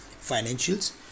financials